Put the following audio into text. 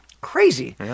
Crazy